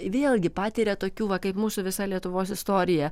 vėlgi patiria tokių va kaip mūsų visa lietuvos istorija